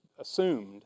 assumed